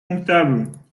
comptables